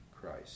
Christ